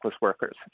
workers